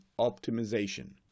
optimization